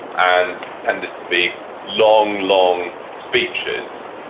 and tended to be long, long speeches,